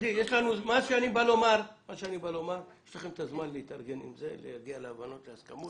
אני בא לומר שיש לכם את הזמן להתארגן עם זה ולהגיע להבנות ולהסכמות.